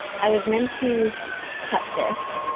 i was meant to cut this.